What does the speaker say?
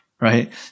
right